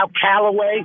Callaway